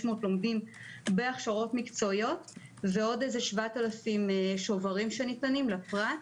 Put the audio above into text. לומדים בהכשרות מקצועיות ועוד כ-7,000 שוברים שניתנים לפרט.